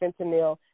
fentanyl